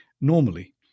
normally